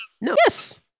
Yes